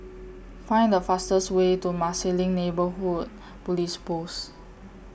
Find The fastest Way to Marsiling Neighbourhood Police Post